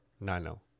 Nano